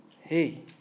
Hey